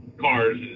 cars